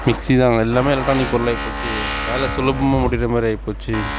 mixie தான் எல்லாமே electronic பொருளாகிப் போச்சு வேலை சுலபமாக முடிகிற மாதிரி ஆகிப் போச்சு